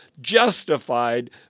justified